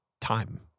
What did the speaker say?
time